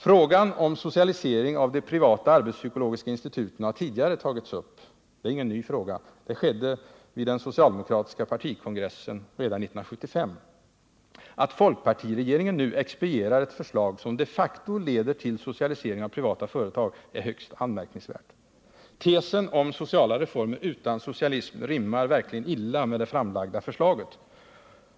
Frågan om socialisering av de privata arbetspsykologiska instituten har tidigare tagits upp, t.ex. vid den socialdemokratiska partikongressen 1975. Att folkpartiregeringen nu expedierar ett förslag som de facto leder till socialisering av privata företag, är högst anmärkningsvärt. Tesen om ”sociala reformer utan socialism” rimmar verkligen illa med det framlagda förslaget.